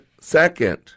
second